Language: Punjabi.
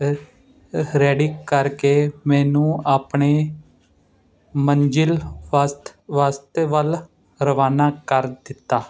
ਰ ਰੈਡੀ ਕਰਕੇ ਮੈਨੂੰ ਆਪਣੀ ਮੰਜ਼ਿਲ ਵਾਸਤੇ ਵੱਲ ਰਵਾਨਾ ਕਰ ਦਿੱਤਾ